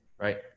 Right